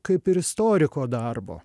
kaip ir istoriko darbo